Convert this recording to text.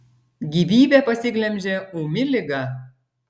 gyvybę pasiglemžė ūmi liga